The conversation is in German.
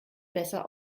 besser